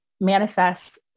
manifest